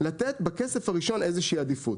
לתת בכסף הראשון איזושהי עדיפות.